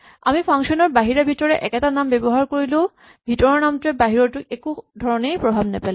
আমি ফাংচন ৰ বাহিৰে ভিতৰে একেটা নাম ব্যৱহাৰ কৰিলেও ভিতৰৰ নামটোৱে বাহিৰৰটোক একো ধৰণেই প্ৰভাৱ নেপেলায়